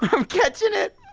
i'm catching it!